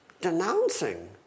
denouncing